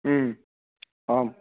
आम्